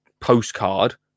postcard